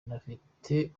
anafite